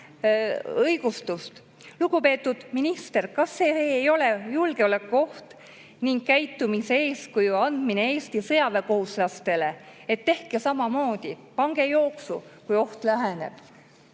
õigustust. Lugupeetud minister, kas see ei ole julgeolekuoht ning käitumise eeskuju andmine Eesti sõjaväekohuslastele, et tehke samamoodi, pange jooksu, kui oht läheneb?